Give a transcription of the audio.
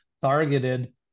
targeted